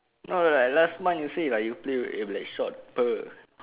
no like last month you say lah you play it will be like shot per~